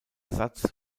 satz